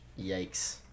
Yikes